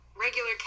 regular